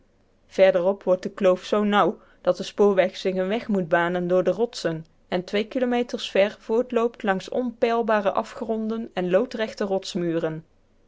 verderop wordt de kloof zoo nauw dat de spoorweg zich eenen weg moet banen door de rotsen en twee kilometers ver voortloopt langs onpeilbare afgronden en loodrechte